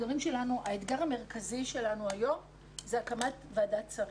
האתגר המרכזי שלנו היום הוא הקמת ועדת שרים.